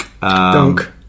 Dunk